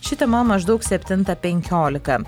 ši tema maždaug septintą penkiolika